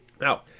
Now